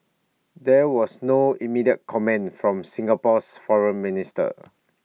there was no immediate comment from Singapore's foreign ministry